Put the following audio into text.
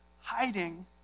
Hiding